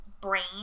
brain